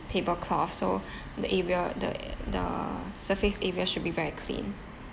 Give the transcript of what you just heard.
table cloth so the area the the surface area should be very clean